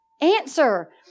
Answer